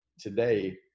today